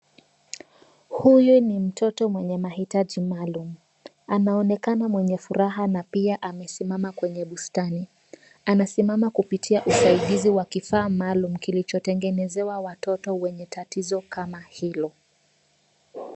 Huyu ni mtoto mwenye mahitaji maalum .Anaonekana mwenye furaha na pia amesimama kwenye bustani. Anasimama kupitia usaidizi wa kifaa maalum, kilichotengenezewa watoto wenye tatizo kama hilo.